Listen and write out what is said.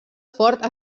fort